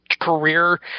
career